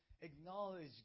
acknowledge